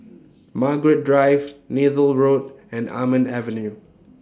Margaret Drive Neythal Road and Almond Avenue